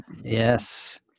Yes